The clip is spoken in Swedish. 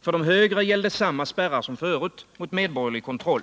För de högre gällde samma spärrar som förut mot medborgerlig kontroll.